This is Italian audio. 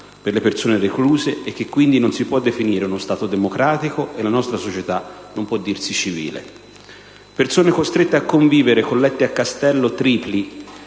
per le persone recluse, e che quindi non si può definire uno Stato democratico, e la nostra società non può dirsi civile. Persone costrette a convivere con letti a castello tripli